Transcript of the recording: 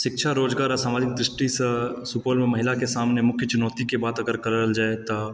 शिक्षा रोजगार आ सामाजिक दृष्टिसँ सुपौलमे महिलाके सामने मुख्य चुनौतीके बात अगर करल जाइ तऽ